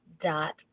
dot